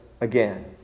again